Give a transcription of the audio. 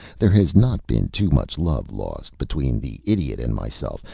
there has not been too much love lost between the idiot and myself,